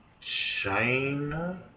China